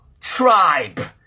tribe